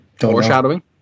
Foreshadowing